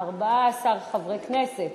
לפחות 14 חברי כנסת.